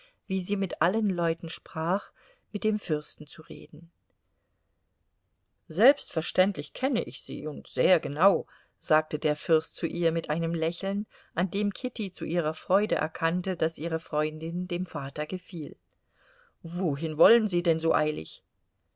wie sie mit allen leuten sprach mit dem fürsten zu reden selbstverständlich kenne ich sie und sehr genau sagte der fürst zu ihr mit einem lächeln an dem kitty zu ihrer freude erkannte daß ihre freundin dem vater gefiel wohin wollen sie denn so eilig